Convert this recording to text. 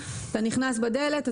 אתה נכנס בדלת,